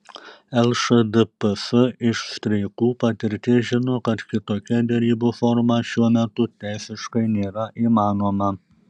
lšdps iš streikų patirties žino kad kitokia derybų forma šiuo metu teisiškai nėra įmanoma